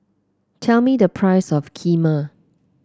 tell me the price of Kheema